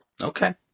okay